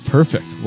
Perfect